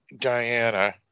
Diana